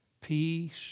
Peace